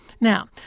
Now